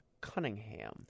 cunningham